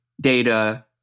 data